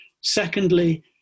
Secondly